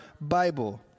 Bible